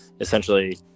essentially